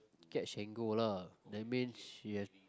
catch and go lah that means she have